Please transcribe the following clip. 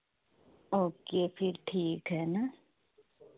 okay फिर ठीक है ना